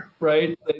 right